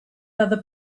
other